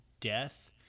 death